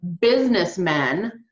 businessmen